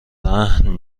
رهن